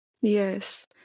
yes